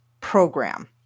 program